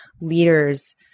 leaders